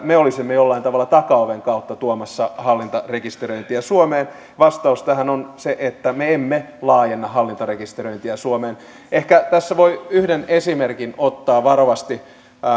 me olisimme jollain tavalla takaoven kautta tuomassa hallintarekisteröintiä suomeen vastaus tähän on se että me emme laajenna hallintarekisteröintiä suomeen ehkä tässä voi yhden esimerkin ottaa varovasti